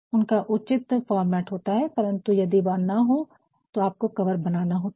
उनका उचित फॉर्मेट होता है परंतु यदि वह ना हो तो आपको कवर बनाना होता है